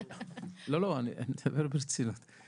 לא, לא, אני מדבר ברצינות.